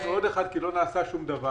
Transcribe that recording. ביקשנו לקיים עוד דיון אחד כי לא נעשה שום דבר.